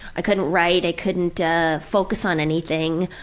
i couldn't write, i couldn't focus on anything.